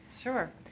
Sure